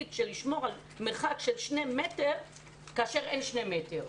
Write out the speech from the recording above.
לשמור על מרחק של שני מטרים כאשר אין שני מטרים.